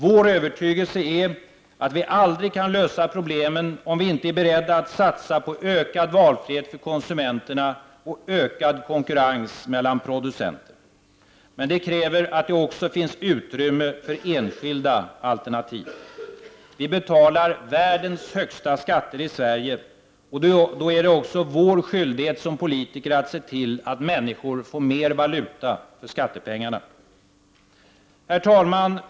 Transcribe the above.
Vår övertygelse är att vi aldrig kan lösa problemen om vi inte är beredda att satsa på ökad valfrihet för konsumenterna och ökad konkurrens mellan producenterna. Men det kräver att det också finns utrymme för enskilda alternativ. Vi betalar världens högsta skatter i Sverige. Då är det också vår skyldighet som politiker att se till att människor får mer valuta för skattepengarna. Herr talman!